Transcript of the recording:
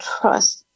trust